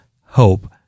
hope